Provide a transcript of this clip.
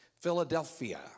Philadelphia